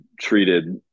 treated